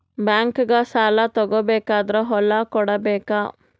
ಬ್ಯಾಂಕ್ನಾಗ ಸಾಲ ತಗೋ ಬೇಕಾದ್ರ್ ಹೊಲ ಕೊಡಬೇಕಾ?